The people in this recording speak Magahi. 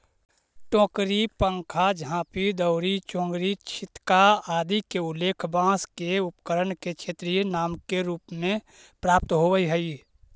टोकरी, पंखा, झांपी, दौरी, चोंगरी, छितका आदि के उल्लेख बाँँस के उपकरण के क्षेत्रीय नाम के रूप में प्राप्त होवऽ हइ